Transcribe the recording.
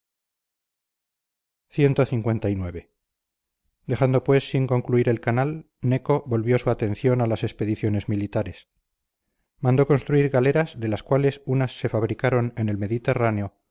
clix dejando pues sin concluir el canal neco volvió su atención a las expediciones militares mandó construir galeras de las cuales unas se fabricaron en el mediterráneo